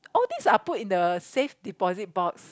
all these are put in the safe deposit box